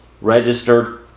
registered